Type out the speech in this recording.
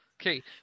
Okay